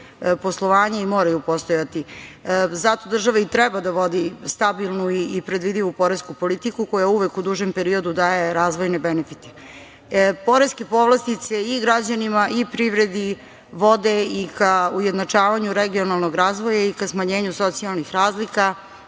poslovanja i moraju postojati, zato država i treba da vodi stabilnu i predvidivu poresku politiku koja uvek u dužem periodu daje razvojne benefite. Poreske povlastice i građanima i privredi vode i ka ujednačavanju regionalnog razvoja i ka smanjenju socijalnih razlika.